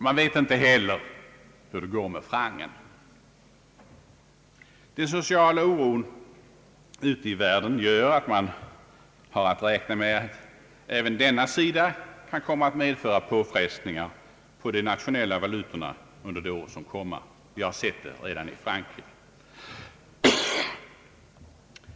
Man vet inte heller hur det går med francen. Den sociala oron ute i världen gör att man har att räkna med att även denna sida kan komma att medföra påfrestningar på de nationella valutorna under kommande år. Vi har sett exempel på detta i Frankrike.